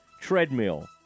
treadmill